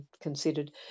considered